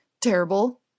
terrible